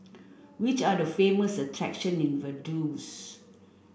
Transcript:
which are the famous attractions in Vaduz